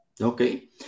Okay